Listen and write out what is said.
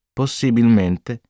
possibilmente